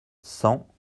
cent